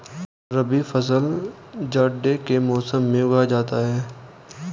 रबी फसल जाड़े के मौसम में उगाया जाता है